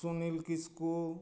Sunil Kisku